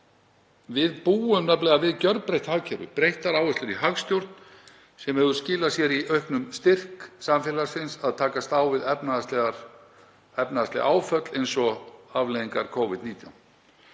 Við búum nefnilega við gjörbreytt hagkerfi og breyttar áherslur í hagstjórn sem hefur skilað sér í auknum styrk samfélagsins til að takast á við efnahagsleg áföll eins og afleiðingar Covid-19.